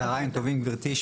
צהריים טובים, גברתי.